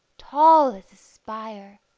tall as a spire,